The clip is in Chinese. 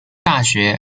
大学